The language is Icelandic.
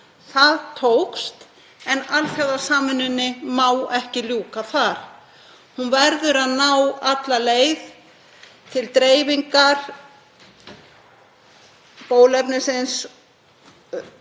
Það tókst, en alþjóðasamvinnunni má ekki ljúka þar. Hún verður að ná alla leið til dreifingar bóluefnisins